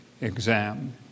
exam